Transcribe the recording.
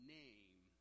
name